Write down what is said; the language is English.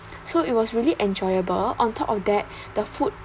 so it was really enjoyable on top of that the food